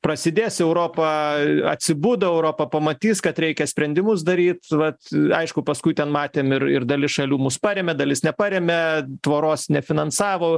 prasidės europa atsibudo europa pamatys kad reikia sprendimus daryt vat aišku paskui ten matėm ir ir dalis šalių mus parėmė dalis neparemia tvoros nefinansavo